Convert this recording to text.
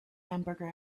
hamburger